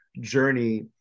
journey